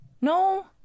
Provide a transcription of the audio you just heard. no